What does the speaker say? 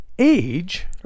Age